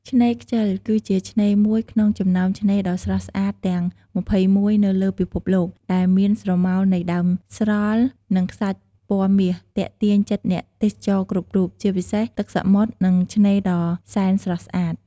ឆ្នេរខ្ជិល គឺជាឆ្នេរមួយក្នុងចំណោមឆ្នេរដ៏ស្រស់ស្អាតទាំង២១នៅលើពិភពលោក ដែលមានស្រមោលនៃដើមស្រល់ និងខ្សាច់ពណ៌មាសទាក់ទាញចិត្តអ្នកទេសចរគ្រប់រូប ជាមួយទឹកសមុទ្រនិងឆ្នេរដ៏សែនស្រស់ស្អាត។